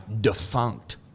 defunct